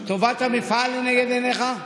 טובת המפעל לנגד עיניך?